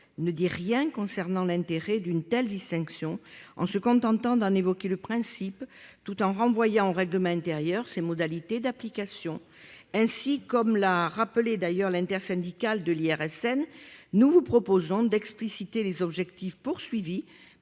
ne dit rien concernant l’intérêt d’une telle distinction, en se contentant d’en évoquer le principe tout en renvoyant au règlement intérieur ses modalités d’application. Comme l’a rappelé l’intersyndicale de l’IRSN, nous vous proposons d’expliciter les objectifs visés